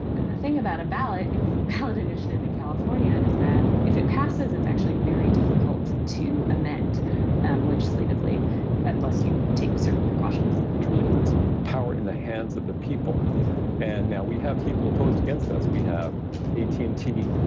and the thing about a ballot and ballot initiative in california is that if it passes, it's actually very difficult to amend legislatively unless you take certain precautions, which really puts power in the hands of the people and now we have people opposed against us. we have at and t,